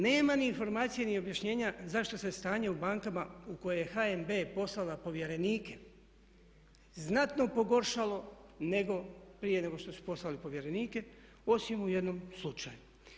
Nema ni informacije ni objašnjenja zašto se stanje u bankama u koje je HNB poslala povjerenike znatno pogoršalo nego prije nego što su poslali povjerenike osim u jednom slučaju.